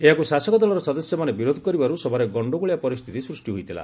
ଏହାକୁ ଶାସକ ଦଳର ସଦସ୍ୟମାନେ ବିରୋଧ କରିବାରୁ ସଭାରେ ଗଣ୍ଡଗୋଳିଆ ପରିସ୍ଥିତି ସୃଷ୍ଟି ହୋଇଥିଲା